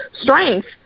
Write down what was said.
strength